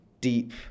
deep